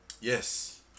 Yes